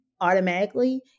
automatically